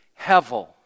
Hevel